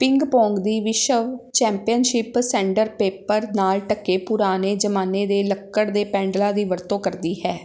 ਪਿੰਗ pong ਦੀ ਵਿਸ਼ਵ championship sander paper ਨਾਲ ਢਕੇ ਪੁਰਾਣੇ ਜਮਾਨੇ ਦੇ ਲੱਕੜ ਦੇ ਪੈਡਲਾਂ ਦੀ ਵਰਤੋਂ ਕਰਦੀ ਹੈ